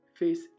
face